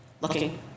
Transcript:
looking